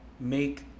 make